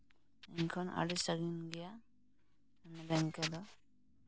ᱤᱧ ᱠᱷᱚᱱ ᱟᱹᱰᱤ ᱥᱟᱺᱜᱤᱧ ᱜᱮᱭᱟ ᱢᱟᱱᱮ ᱵᱮᱝᱠᱮ ᱫᱚ